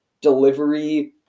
delivery